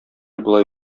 болай